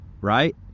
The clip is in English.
right